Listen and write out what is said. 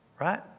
right